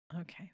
Okay